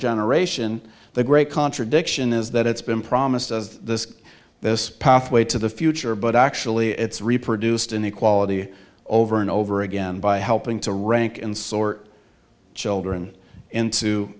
generation the great contradiction is that it's been promised as this this pathway to the future but actually it's reproduced inequality over and over again by helping to rank and sort children into